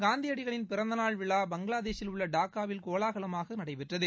காந்தியடிகளின் பிறந்த நாள் விழா பங்களாதேஷில் உள்ள டாக்காவில் கோலாகலமாக நடைபெற்றது